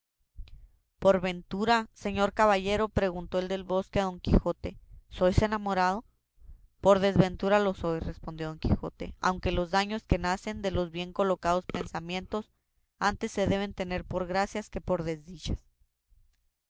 por ventura señor caballero preguntó el del bosque a don quijote sois enamorado por desventura lo soy respondió don quijote aunque los daños que nacen de los bien colocados pensamientos antes se deben tener por gracias que por desdichas